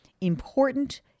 important